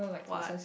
what